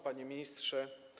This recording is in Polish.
Panie Ministrze!